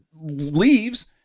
leaves